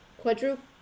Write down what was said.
quadruple